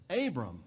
Abram